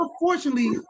Unfortunately